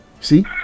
See